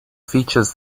features